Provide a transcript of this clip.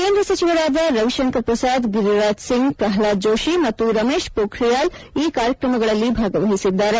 ಕೇಂದ್ರ ಸಚಿವರಾದ ರವಿಶಂಕರ ಪ್ರಸಾದ್ ಗಿರಿರಾಜ್ ಸಿಂಗ್ ಪ್ರಹ್ಲಾದ್ ಜೋಶಿ ಮತ್ತು ರಮೇಶ್ ಪೋಕ್ರಿಯಾಲ್ ಈ ಕಾರ್ಯಕ್ರಮಗಳಲ್ಲಿ ಭಾಗವಹಿಸಿದ್ದಾರೆ